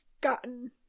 gotten